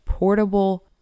Portable